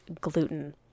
gluten